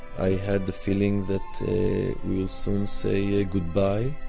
i had the feeling that we will soon say ah goodbye.